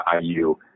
IU